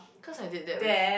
cause I did that with